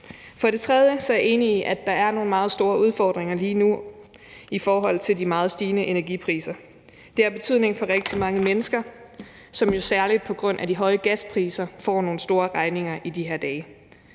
For det tredje er jeg enig i, at der er nogle meget store udfordringer lige nu i forhold til de meget stigende energipriser. Det har betydning for rigtig mange mennesker, som jo særlig på grund af de høje gaspriser får nogle store regninger i de her dage.